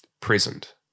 present